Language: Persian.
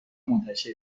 منتشر